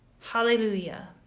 Hallelujah